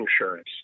insurance